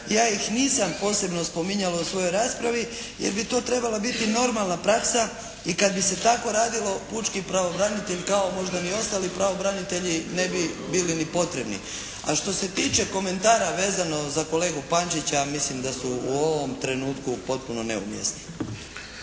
Ja ih nisam posebno spominjala u svojoj raspravi jer bi to trebala biti normalna praksa i kad bi se tako radilo pučki pravobranitelj kao možda ni ostali pravobranitelji ne bi bili ni potrebni. A što se tiče komentara vezano za kolegu Pančića mislim da su u ovom trenutku potpuno neumjesni.